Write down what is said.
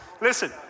Listen